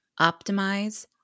optimize